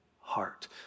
heart